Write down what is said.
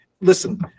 listen